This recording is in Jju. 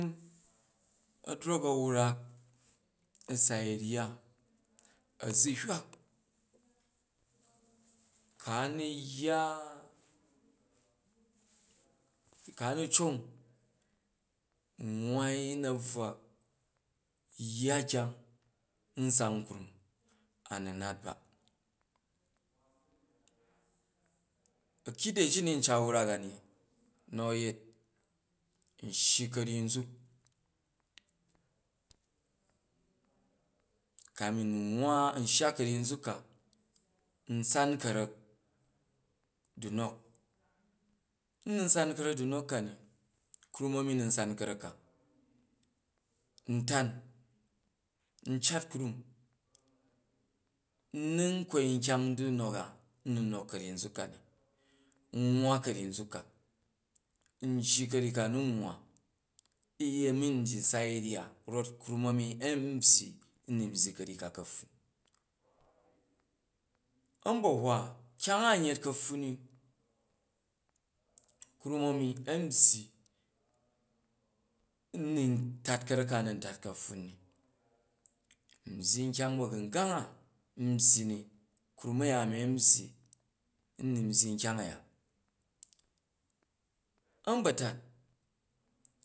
a drok a wrak sai ryya, a̱zuhwak ku a nu yya kua nu cong u̱ nwwai u̱ na̱bvwa, u yya kyna n sang krum, a nu nat ba a̱kide ji ni n cat wrak a ni nu a̱ yet n shyi ka̱ryyi nzuk, kamin n wwa n shya ka̱ryyi muk ka n sam ka̱rak du̱nok, unun san ka̱rak du̱nok kani krum ami u nun san karak ka, n tan n cat krum, u nun kwoi nkyang du̱nok a u̱ nun nok ka̱ryyi nzuk kani, n nwwa ka̱ryyi nzuk ka, n jji ka̱ryyi ka n nun nwwa, uyemi ndyyi sai ryya rot krum a̱mi a̱yim nbyyi n nun byyi ka̱ryyi ko ka̱pffun, a̱mbahwa kyang a n yet ka̱pffun ni, krum a̱mi an byyi u̱ nun tat ka̱rak ka u̱ nun tat ka̱pffun ni, nbyyi nkyong a n bagum krum ba̱gumgang a nbyyi ni krum a̱ya a̱mi nbyyi u nun bgyi nkyang a̱ya, a̱nba̱tat n.